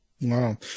Wow